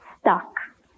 stuck